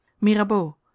mirabeau